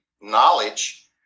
knowledge